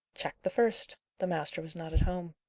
check the first the master was not at home.